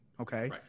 okay